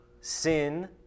Sin